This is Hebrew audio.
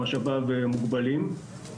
משאביו מוגבלים.